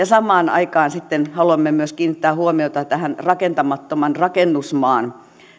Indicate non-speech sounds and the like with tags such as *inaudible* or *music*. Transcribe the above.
*unintelligible* samaan aikaan haluamme myös kiinnittää huomiota tähän rakentamattoman rakennusmaan